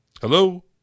Hello